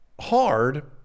hard